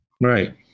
right